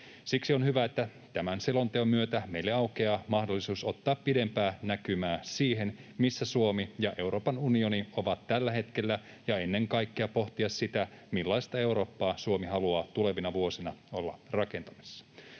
Siksi on hyvä, että tämän selonteon myötä meille aukeaa mahdollisuus ottaa pidempää näkymää siihen, missä Suomi ja Euroopan unioni ovat tällä hetkellä, ja ennen kaikkea pohtia sitä, millaista Eurooppaa Suomi haluaa tulevina vuosina olla rakentamassa.